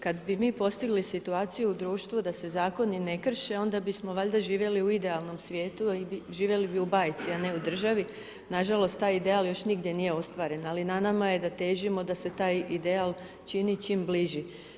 Kad bi mi postigli situaciju u društvu da se zakoni ne krše onda bismo valjda živjeli u idealnom svijetu i živjeli bi u bajci, a ne u državi, nažalost taj ideal još nigdje nije ostvaren, ali na nama je da težimo da se taj ideal čini čim bliži.